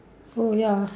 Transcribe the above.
oh ya